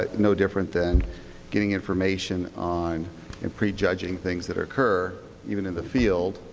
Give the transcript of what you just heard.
ah no different than getting information on and prejudging things that occur, even in the field,